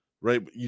right